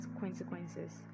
consequences